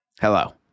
hello